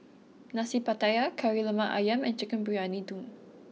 Nasi Pattaya Kari Lemak Ayam and Chicken Briyani Dum